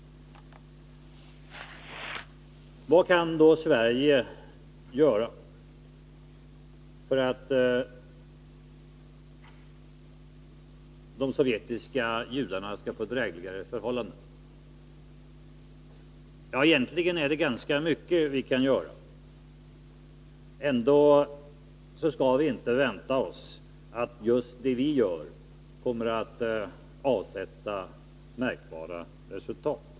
Vad kan då Sverige göra för att de sovjetiska judarna skall få drägligare förhållanden? Ja, egentligen är det ganska mycket vi kan göra. Ändå skall vi inte vänta oss att just det vi gör kommer att avsätta märkbara resultat.